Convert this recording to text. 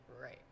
Right